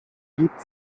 gibt